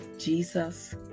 Jesus